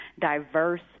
diverse